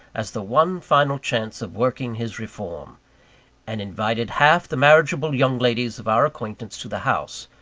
as the one final chance of working his reform and invited half the marriageable young ladies of our acquaintance to the house,